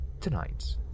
Tonight